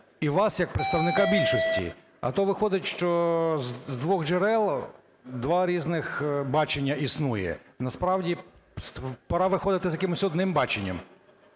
і вас як представника більшості? А то виходить, що з двох джерел – два різних бачення існує. Насправді пора виходити з якимось одним баченням.